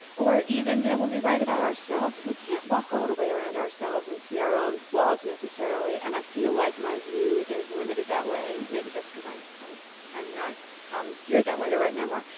and or even, you know, when we write about ourselves, we can't walk all the way around ourselves and see our own flaws necessarily, and i feel like my view is limited that way, maybe just cause i'm not i'm not geared that way, to write memoir.